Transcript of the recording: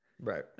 Right